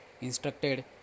instructed